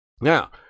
Now